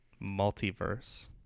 multiverse